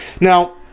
Now